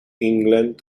england